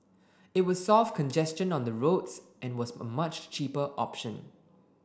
it would solve congestion on the roads and was a much cheaper option